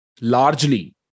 largely